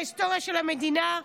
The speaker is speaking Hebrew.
בהיסטוריה של המדינה,